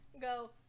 go